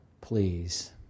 please